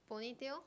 ponytail